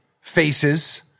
faces